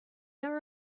are